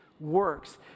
Works